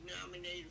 nominated